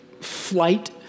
flight